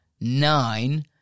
nine